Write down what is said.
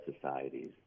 societies